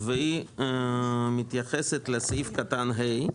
היא מתייחסת לסעיף קטן (ה),